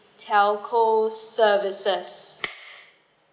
telco service